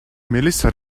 melissa